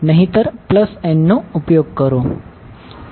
નહિંતર n નો ઉપયોગ કરો